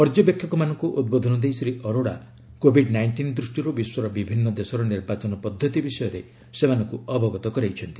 ପର୍ଯ୍ୟବେକ୍ଷକମାନଙ୍କୁ ଉଦ୍ବୋଧନ ଦେଇ ଶ୍ରୀ ଅରୋଡା କୋବିଡ୍ ନାଇଷ୍ଟିନ୍ ଦୂଷ୍ଟିରୁ ବିଶ୍ୱର ବିଭିନ୍ନ ଦେଶର ନିର୍ବାଚନ ପଦ୍ଧତି ବିଷୟରେ ସେମାନଙ୍କୁ ଅବଗତ କରାଇଛନ୍ତି